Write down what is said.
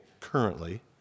currently